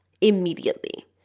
immediately